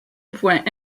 point